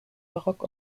barock